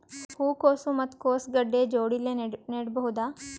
ಹೂ ಕೊಸು ಮತ್ ಕೊಸ ಗಡ್ಡಿ ಜೋಡಿಲ್ಲೆ ನೇಡಬಹ್ದ?